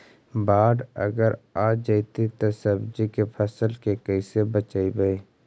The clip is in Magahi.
बाढ़ अगर आ जैतै त सब्जी के फ़सल के कैसे बचइबै?